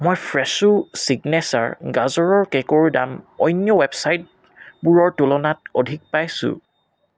মই Fresho signature গাজৰৰ কেকৰ দাম অন্য ৱেবচাইটবোৰৰ তুলনাত অধিক পাইছোঁ